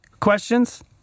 Questions